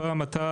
פעם אתה,